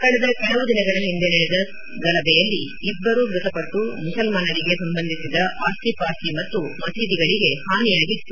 ಕಳೆದ ಕೆಲವು ದಿನಗಳ ಹಿಂದೆ ನಡೆದ ಗಲಭೆಯಲ್ಲಿ ಇಬ್ಬರು ಮೃತಪಟ್ಟು ಮುಸಲ್ಲಾನರಿಗೆ ಸಂಬಂಧಿಸಿದ ಆಸ್ತಿ ಪಾಸ್ತಿ ಮತ್ತು ಮಸೀದಿಗಳಿಗೆ ಹಾನಿಯಾಗಿತ್ತು